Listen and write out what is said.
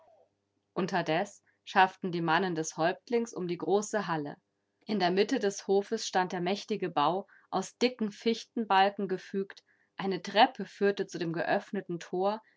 unterdes schafften die mannen des häuptlings um die große halle in der mitte des hofes stand der mächtige bau aus dicken fichtenbalken gefügt eine treppe führte zu dem geöffneten tor